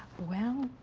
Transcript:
well,